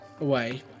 away